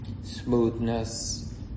smoothness